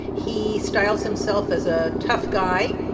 he styles himself as a tough guy.